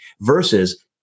Versus